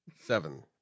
Seven